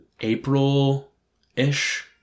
April-ish